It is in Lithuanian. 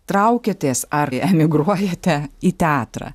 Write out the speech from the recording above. traukiatės ar emigruojate į teatrą